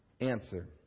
answer